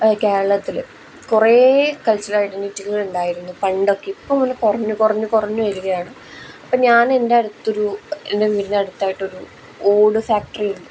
കേരളത്തിൽ കുറേ കൾച്ചറൽ ഐഡൻറ്റിറ്റികൾ ഉണ്ടായിരുന്നു പണ്ടൊക്കെ ഇപ്പം നല്ല കുറഞ്ഞു കുറഞു കുറഞ്ഞു വരുകയാണ് അപ്പം ഞാൻ എൻ്റെ അടുത്തൊരു എൻ്റെ വീടിന്നടുത്തായിട്ടൊരു ഓട് ഫാക്ടറിയുണ്ട്